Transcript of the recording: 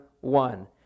one